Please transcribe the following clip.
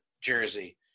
jersey